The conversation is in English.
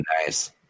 nice